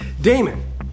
Damon